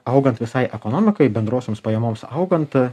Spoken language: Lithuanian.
augant visai ekonomikai bendrosioms pajamoms augant